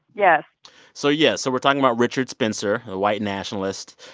yes so yeah so we're talking about richard spencer, the white nationalist.